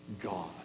God